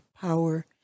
power